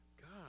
God